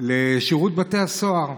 לשירות בתי הסוהר.